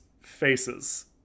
faces